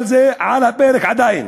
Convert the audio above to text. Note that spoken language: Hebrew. אבל זה על הפרק עדיין,